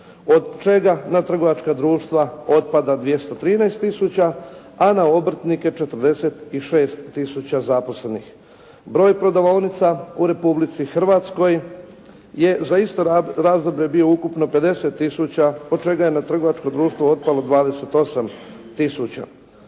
od čega na trgovačka društva otpada 213 tisuća, a na obrtnike 46 tisuća zaposlenih. Broj prodavaonica u Republici Hrvatskoj je za isto razdoblje bio ukupno 50 tisuća, od čega je na trgovačko društvo otpalo 28